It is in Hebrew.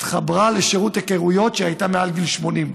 התחברה לשירות היכרויות כשהיא הייתה מעל גיל 80,